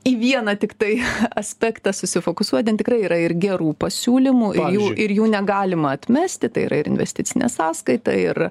į vieną tiktai aspektą susifokusuoja ten tikrai yra ir gerų pasiūlymų ir ir jų negalima atmesti tai yra ir investicinė sąskaita ir